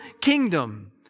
kingdom